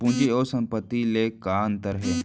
पूंजी अऊ संपत्ति ले का अंतर हे?